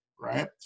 Right